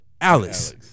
Alice